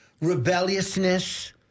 rebelliousness